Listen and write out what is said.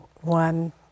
one